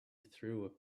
through